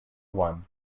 one